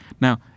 Now